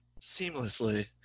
seamlessly